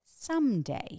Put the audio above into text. someday